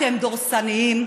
אתם דורסניים.